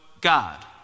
God